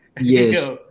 Yes